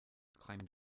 climbed